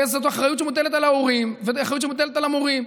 זו אחריות שמוטלת על ההורים וזו אחריות שמוטלת על המורים.